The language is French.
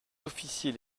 officiers